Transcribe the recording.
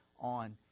on